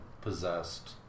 possessed